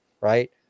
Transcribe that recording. right